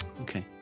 Okay